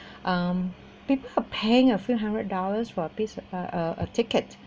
um people for paying a few hundred dollars for a piece a a ticket